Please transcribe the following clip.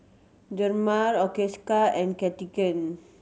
Dermale Osteocare and Cartigain